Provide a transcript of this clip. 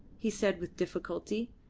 he said with difficulty.